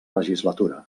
legislatura